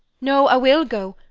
no, i will go,